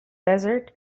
desert